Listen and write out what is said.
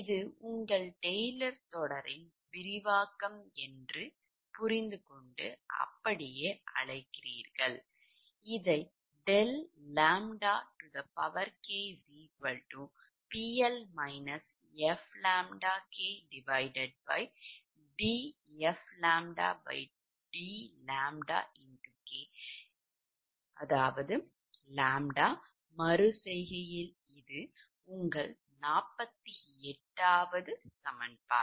இது உங்கள் டெய்லர்ஸ் தொடர் விரிவாக்கம் என்று அழைக்கிறீர்கள் இதை ∆ʎ kPL fʎ kdfʎdʎk ℎ மறு செய்கையில் இது உங்கள் 48 சமன்பாடு